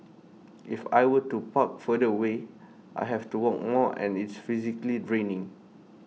if I were to park further away I have to walk more and it's physically draining